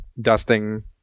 dusting